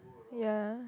yeah